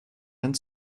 and